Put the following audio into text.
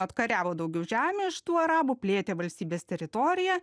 atkariavo daugiau žemių iš tų arabų plėtė valstybės teritoriją